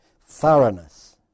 Thoroughness